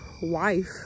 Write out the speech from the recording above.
wife